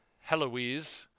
Heloise